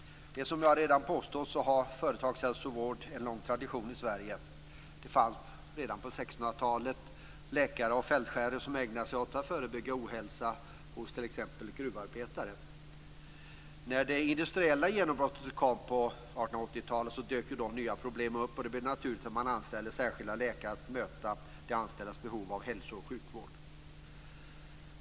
Som jag redan sagt har företagshälsovård en lång tradition i Sverige. Det fanns redan på 1600-talet läkare och fältskärer som ägnade sig åt att förebygga ohälsa hos t.ex. gruvarbetare. När det industriella genombrottet kom på 1880-talet dök nya problem upp, och det blev naturligt att man anställde särskilda läkare för att möta de anställdas behov av hälso och sjukvård.